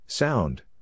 Sound